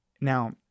Now